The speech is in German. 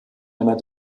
einer